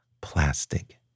plastic